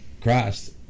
Christ